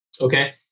Okay